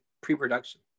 pre-production